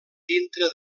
dintre